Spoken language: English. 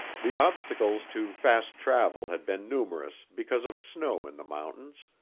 the obstacles to fast travel had been numerous because of snow in the mountains,